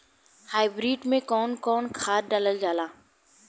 Hybrid में कउन कउन खाद डालल जाला?